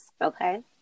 Okay